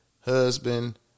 husband